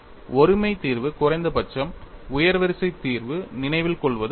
ஒருமை தீர்வு குறைந்தபட்சம் உயர் வரிசை தீர்வு நினைவில் கொள்வது கடினம்